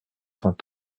cent